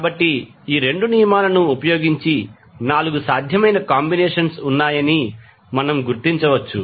కాబట్టి ఈ 2 నియమాలను ఉపయోగించి 4 సాధ్యమైన కాంబినేషన్స్ ఉన్నాయని మనము గుర్తించవచ్చు